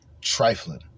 trifling